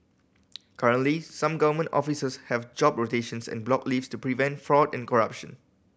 currently some government offices have job rotations and block leave to prevent fraud and corruption